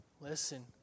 Listen